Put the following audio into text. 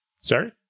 Sorry